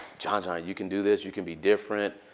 john john, you can do this. you can be different.